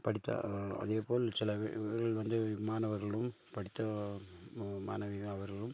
படித்த அதே போல் சில இது இவர்கள் வந்து மாணவர்களும் படித்த மாணவிகள் அவர்களும்